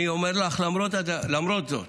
אני אומר לך, למרות זאת,